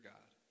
God